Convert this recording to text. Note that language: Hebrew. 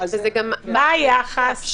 מה היחס?